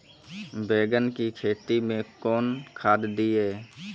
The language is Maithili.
बैंगन की खेती मैं कौन खाद दिए?